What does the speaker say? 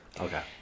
Okay